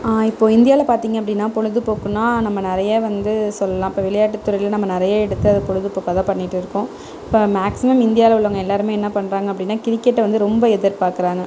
இப்போது இந்தியாவில் பார்த்தீங்க அப்படின்னா பொழுதுபோக்குன்னா நம்ம நிறைய வந்து சொல்லலாம் இப்போ விளையாட்டு துறையில் நம்ம நிறைய எடுத்து அதை பொழுதுபோக்கா தான் பண்ணிட்டு இருக்கோம் இப்போ மேக்ஸிமம் இந்தியாவில் உள்ளவங்க எல்லோருமே என்ன பண்ணுறாங்க அப்படின்னா கிரிக்கெட்டை வந்து ரொம்ப எதிர்பார்க்குறாங்க